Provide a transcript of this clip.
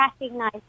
recognize